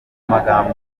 magambo